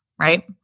right